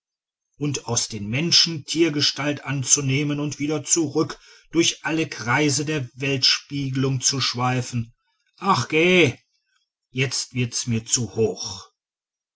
und aus menschen tiergestalt anzunehmen und wieder zurück und durch alle kreise der weltspiegelung zu schweifen ach geh jetzt wird's mir zu hoch